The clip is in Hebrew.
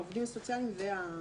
העובדים הסוציאליים והסייעות.